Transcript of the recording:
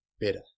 better